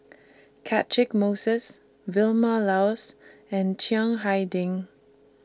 Catchick Moses Vilma Laus and Chiang Hai Ding